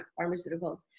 pharmaceuticals